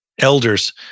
elders